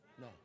no